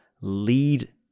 lead